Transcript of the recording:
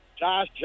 Josh